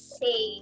say